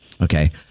Okay